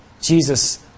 Jesus